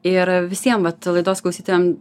ir visiem vat laidos klausytojam